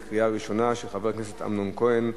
של חבר הכנסת אמנון כהן,